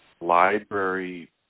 library